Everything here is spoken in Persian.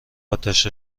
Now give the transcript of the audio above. آتش